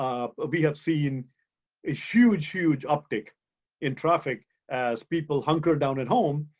um ah we have seen a huge, huge uptick in traffic as people hunker down at home,